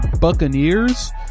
Buccaneers